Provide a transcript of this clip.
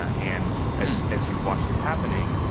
ah and as as you watch this happening,